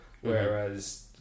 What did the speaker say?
whereas